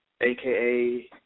aka